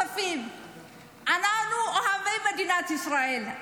אנחנו אוהבי מדינת ישראל,